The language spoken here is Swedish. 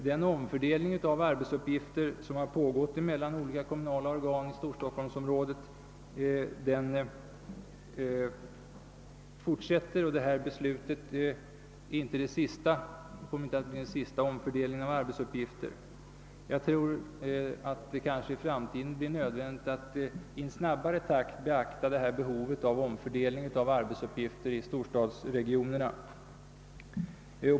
Den omfördelning av arbetsuppgifter som pågått mellan olika kommunala organ i storstockholmsområdet fortsätter, och detta beslut kommer inte att bli den sista omfördelningen av arbetsuppgifter. Jag tror att det i framtiden blir nödvändigt att i en snabbare takt beakta behovet av omfördelning av arbetsuppgifter i storstadsregionerna.